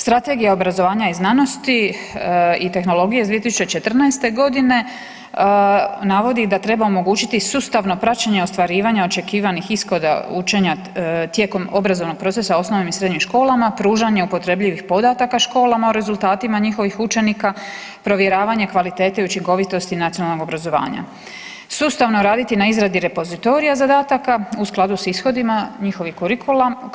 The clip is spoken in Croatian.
Strategija obrazovanja i znanosti i tehnologije iz 2014.g. navodi da treba omogućiti sustavno praćenje i ostvarivanje očekivanih ishoda učenja tijekom obrazovnog procesa u osnovnim i srednjim školama, pružanja upotrebljivih podataka školama o rezultatima njihovih učenika, provjeravanje kvalitete i učinkovitosti nacionalnog obrazovanja, sustavno raditi na izradi repozitorija zadataka u skladu s ishodima njihovih